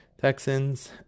texans